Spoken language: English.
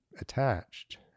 attached